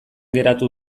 geratu